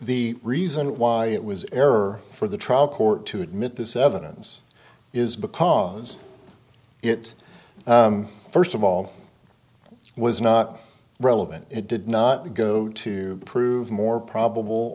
the reason why it was error for the trial court to admit this evidence is because it first of all was not relevant it did not go to prove more probable